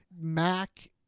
Mac